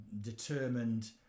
determined